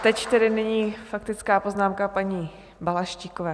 Teď tedy nyní faktická poznámka paní Balaštíkové.